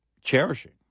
Cherishing